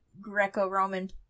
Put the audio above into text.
Greco-Roman